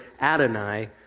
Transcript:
Adonai